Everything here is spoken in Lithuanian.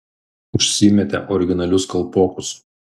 užsimetė originalius kalpokus